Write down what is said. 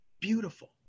beautiful